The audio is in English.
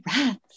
rats